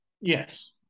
Yes